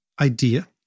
idea